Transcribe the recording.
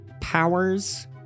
powers